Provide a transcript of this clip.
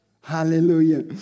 Hallelujah